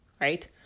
right